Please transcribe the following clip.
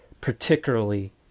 particularly